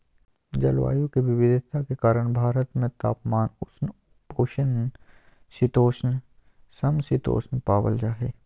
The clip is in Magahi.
जलवायु के विविधता के कारण भारत में तापमान, उष्ण उपोष्ण शीतोष्ण, सम शीतोष्ण पावल जा हई